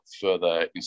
further